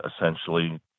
essentially